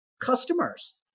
customers